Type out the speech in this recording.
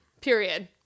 Period